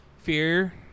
Fear